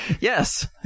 Yes